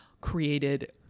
created